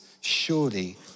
surely